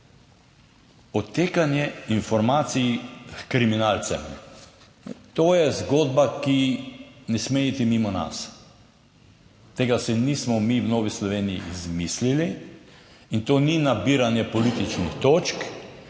Odtekanje informacij h kriminalcem - to je zgodba, ki ne sme iti mimo nas. Tega si nismo mi v Novi Sloveniji izmislili in to ni nabiranje političnih točk.